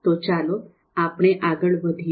તો ચાલો આપણે આગળ વધીએ